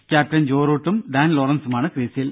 captain Joe റൂട്ടും Dan ലോറൻസുമാണ് ക്രീസിൽ